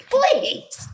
Please